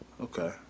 Okay